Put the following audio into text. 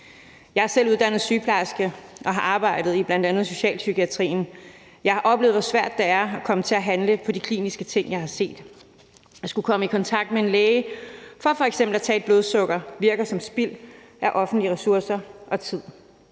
Jeg er selv uddannet sygeplejerske og har arbejdet i bl.a. specialpsykiatrien, og jeg har oplevet, hvor svært det er at komme til at handle på de kliniske ting, jeg har set. Jeg skulle komme i kontakt med en læge for f.eks. at måle blodsukker, og det virker som et spild af offentlige ressourcer og tid.